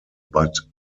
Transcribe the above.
but